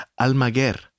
Almaguer